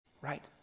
Right